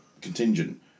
contingent